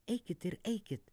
eikit ir eikit